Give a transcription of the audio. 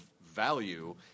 value